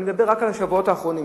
אני מדבר רק על השבועות האחרונים.